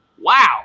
wow